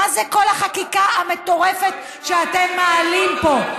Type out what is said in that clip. מה זה כל החקיקה המטורפת שאתם מעלים פה?